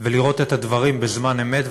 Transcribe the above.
לכל מקום ולראות את הדברים בזמן אמת,